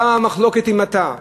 כמה מחלוקת היא מטעה.